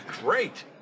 great